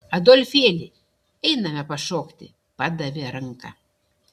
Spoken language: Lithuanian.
adolfėli einame pašokti padavė ranką